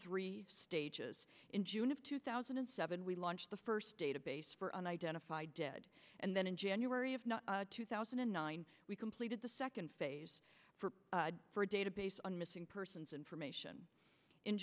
three stages in june of two thousand and seven we launched the first database for unidentified dead and then in january of two thousand and nine we completed the second phase for a database on missing persons information in